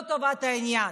לא טובת העניין,